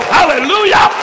Hallelujah